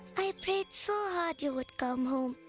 i prayed so hard you would come home,